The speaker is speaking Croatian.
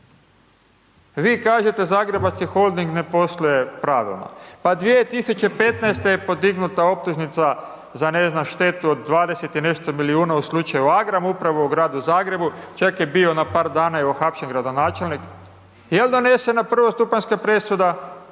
Vi kažete Zagrebački holding ne posluje pravilno, pa 2015. je podignuta optužnica, za ne znam štetu od 20 i nešto milijuna za slučaj Agram upravo u Gradu Zagrebu, čak je bio na par dana uhapšen gradonačelnik, jel donesena prvostupanjska presuda?